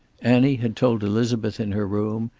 annie had told elizabeth in her room,